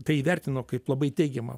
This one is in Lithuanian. tai įvertino kaip labai teigiamą